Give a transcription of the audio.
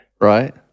Right